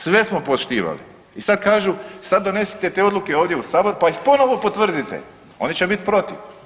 Sve smo poštivali i sad kažu sad donesite te odluke ovdje u Sabor pa ih ponovno potvrdite, oni će biti protiv.